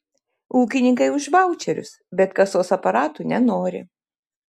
ūkininkai už vaučerius bet kasos aparatų nenori